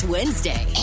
Wednesday